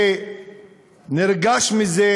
ונרגש מזה,